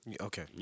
Okay